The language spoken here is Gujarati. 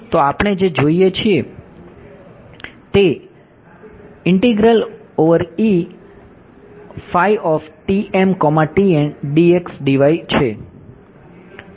તો આપણે જે જોઈએ છે તે છે